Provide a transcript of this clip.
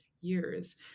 years